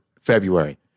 February